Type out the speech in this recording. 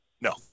No